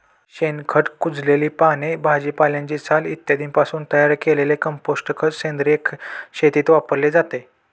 शेणखत, कुजलेली पाने, भाजीपाल्याची साल इत्यादींपासून तयार केलेले कंपोस्ट खत सेंद्रिय शेतीत वापरले जाते